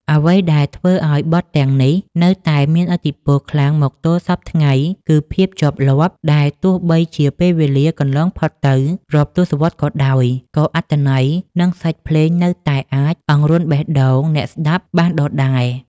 អ្វីដែលធ្វើឱ្យបទទាំងនេះនៅតែមានឥទ្ធិពលខ្លាំងមកទល់សព្វថ្ងៃ គឺ ភាពជាប់លាប់ ដែលទោះបីជាពេលវេលាកន្លងផុតទៅរាប់ទសវត្សរ៍ក៏ដោយ ក៏អត្ថន័យ និងសាច់ភ្លេងនៅតែអាចអង្រួនបេះដូងអ្នកស្ដាប់បានដដែល។